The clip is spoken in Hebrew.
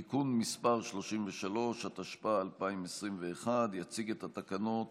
(תיקון מס' 33), התשפ"א 2021. יציג את התקנות